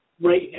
right